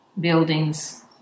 buildings